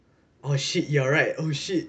oh shit you're right oh shit